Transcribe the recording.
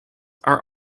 are